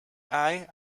eye